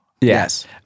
Yes